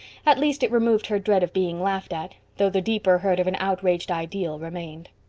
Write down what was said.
at least it removed her dread of being laughed at, though the deeper hurt of an outraged ideal remained.